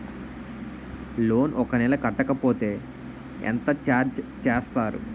Loan ఒక నెల కట్టకపోతే ఎంత ఛార్జ్ చేస్తారు?